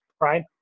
Right